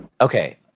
Okay